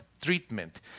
treatment